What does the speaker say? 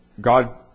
God